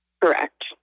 Correct